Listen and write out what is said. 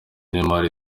n’imari